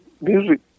Music